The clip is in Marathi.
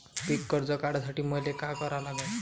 पिक कर्ज काढासाठी मले का करा लागन?